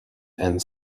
and